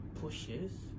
pushes